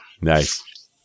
Nice